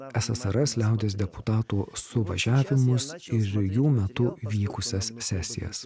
ssrs liaudies deputatų suvažiavimus ir jų metu vykusias sesijas